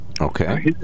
okay